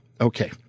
Okay